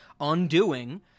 undoing